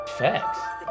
facts